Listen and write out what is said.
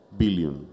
billion